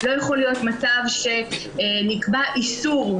לא יכול להיות מצב שנקבע איסור,